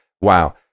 wow